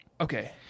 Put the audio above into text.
Okay